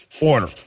order